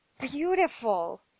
beautiful